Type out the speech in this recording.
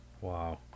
Wow